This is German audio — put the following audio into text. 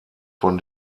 von